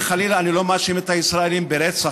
וחלילה אני לא מאשים את הישראלים ברצח,